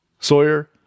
Sawyer